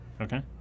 Okay